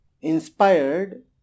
Inspired